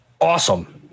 awesome